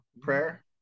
prayer